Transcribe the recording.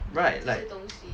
right like